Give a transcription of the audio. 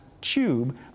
tube